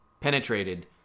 penetrated